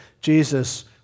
Jesus